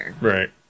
Right